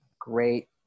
great